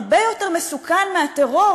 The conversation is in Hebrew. הרבה יותר מסוכן מהטרור,